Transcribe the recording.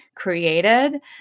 created